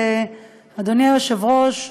אדוני היושב-ראש,